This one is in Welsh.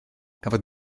cafodd